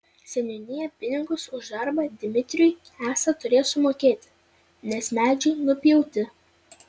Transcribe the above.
seniūnija pinigus už darbą dmitrijui esą turės sumokėti nes medžiai nupjauti